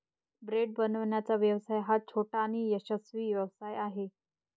bread बनवण्याचा व्यवसाय हा छोटा आणि यशस्वी व्यवसाय आहे